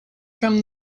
from